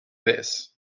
this